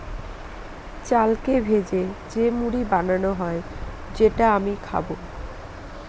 চালকে ভেজে যে মুড়ি বানানো হয় যেটা আমি খাবো